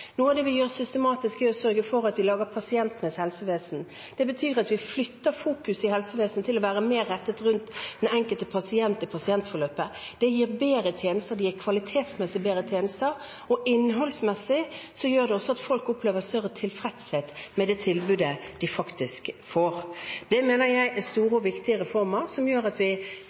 det vi gjør systematisk, er å sørge for at vi lager pasientenes helsevesen. Det betyr at vi flytter fokuseringen i helsevesenet til å være mer rettet rundt den enkelte pasient i pasientforløpet. Det gir bedre tjenester, det gir kvalitetsmessig bedre tjenester, og innholdsmessig gjør det også at folk opplever større tilfredshet med det tilbudet de faktisk får. Det mener jeg er store og viktige reformer som gjør at vi